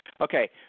Okay